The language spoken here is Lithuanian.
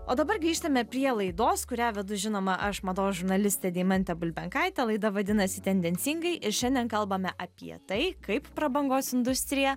o dabar grįžtame prie laidos kurią vedu žinoma aš mados žurnalistė deimantė bulbenkaitė laida vadinasi tendencingai ir šiandien kalbame apie tai kaip prabangos industrija